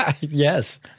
Yes